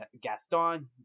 Gaston